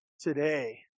today